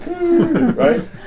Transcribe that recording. right